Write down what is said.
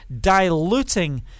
diluting